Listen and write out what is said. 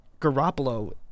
Garoppolo